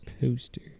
poster